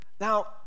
Now